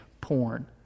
porn